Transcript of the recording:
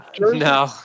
no